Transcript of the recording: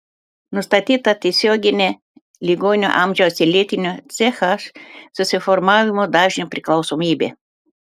nustatyta tiesioginė ligonio amžiaus ir lėtinio ch susiformavimo dažnio priklausomybė